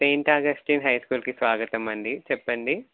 Saint Augustine హైస్కూల్కి స్వాగతం అండి చెప్పండి